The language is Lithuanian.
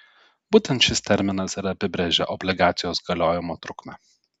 būtent šis terminas ir apibrėžia obligacijos galiojimo trukmę